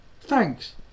Thanks